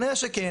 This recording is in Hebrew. כנראה שכן.